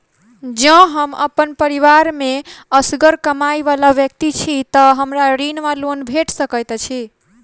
जँ हम अप्पन परिवार मे असगर कमाई वला व्यक्ति छी तऽ हमरा ऋण वा लोन भेट सकैत अछि?